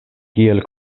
kiel